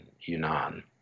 Yunnan